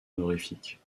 honorifique